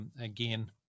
again